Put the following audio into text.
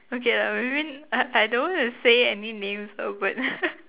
okay lah maybe I I don't want to say any names out but